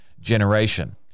generation